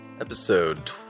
episode